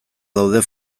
daude